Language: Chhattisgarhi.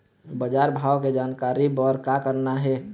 बजार भाव के जानकारी बर का करना हे?